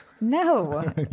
No